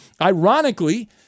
ironically